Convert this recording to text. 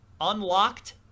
unlocked